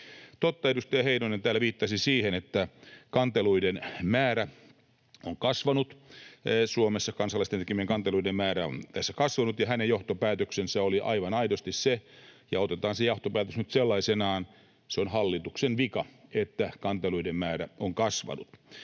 jakaa. Edustaja Heinonen täällä viittasi siihen, että kansalaisten tekemien kanteluiden määrä on kasvanut Suomessa, ja hänen johtopäätöksensä oli aivan aidosti — ja otetaan se johtopäätös nyt sellaisenaan — että se on hallituksen vika, että kanteluiden määrä on kasvanut.